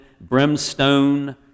brimstone